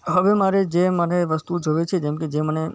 હવે મારે જે મને વસ્તુ જોઇએ છે જેમકે જે મને